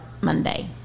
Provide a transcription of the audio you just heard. Monday